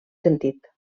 sentit